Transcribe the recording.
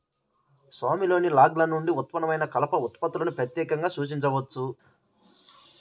స్వామిలోని లాగ్ల నుండి ఉత్పన్నమైన కలప ఉత్పత్తులను ప్రత్యేకంగా సూచించవచ్చు